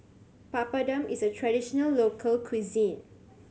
papadum is a traditional local cuisine